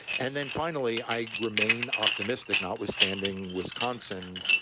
and then finally, i remain optimistic, notwithstanding wisconsin,